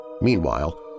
Meanwhile